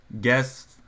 guest